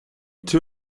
two